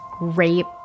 rape